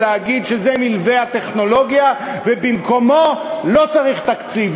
ולהגיד שזה מלווה הטכנולוגיה ובמקומו לא צריך תקציב.